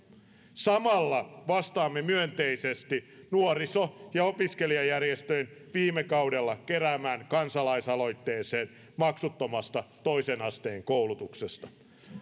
samalla vastaamme myönteisesti nuoriso ja opiskelijajärjestöjen viime kaudella keräämään kansalaisaloitteeseen maksuttomasta toisen asteen koulutuksesta